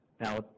Now